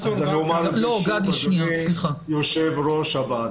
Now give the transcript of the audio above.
אדוני יושב ראש הוועדה,